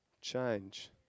change